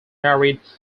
married